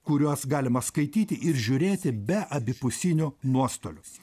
kuriuos galima skaityti ir žiūrėti be abipusinių nuostolių